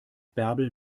bärbel